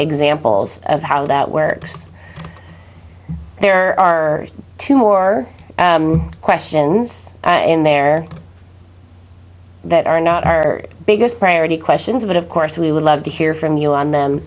examples of how that works there are two more questions in there that are not our biggest priority questions but of course we would love to hear from you on them